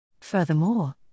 Furthermore